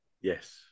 Yes